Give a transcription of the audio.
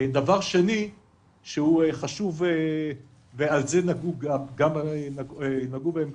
דבר שני שהוא חשוב ונגעו בו גם קודמיי,